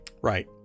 right